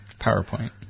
PowerPoint